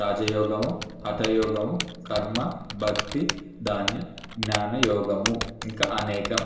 రాజయోగము హఠయోగము కర్మ భక్తి ధాన్య జ్ఞాన యోగము ఇంకా అనేకం